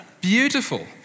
beautiful